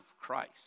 Christ